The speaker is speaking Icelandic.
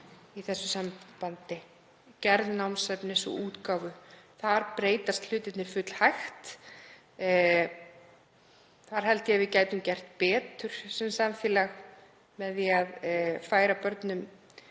í þessu sambandi, gerð námsefnis og útgáfu. Þar breytast hlutirnir fullhægt. Þar held ég að við gætum gert betur sem samfélag með því að færa börnum